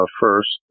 first